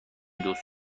دوست